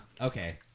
Okay